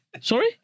Sorry